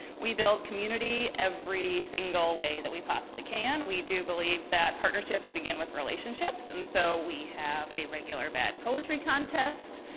we build community every single way that we possibly can. we do believe that partnerships begin with relationships. and so we have a regular band poetry contest.